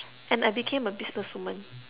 and I became a businesswoman